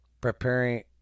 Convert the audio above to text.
preparing